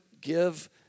give